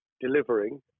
delivering